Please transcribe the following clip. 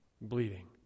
bleeding